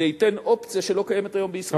זה ייתן אופציה שלא קיימת היום בישראל.